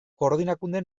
koordinakunde